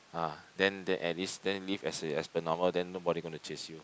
ah then then at least then leave as a as per normal then nobody going to chase you